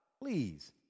Please